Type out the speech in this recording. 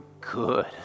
good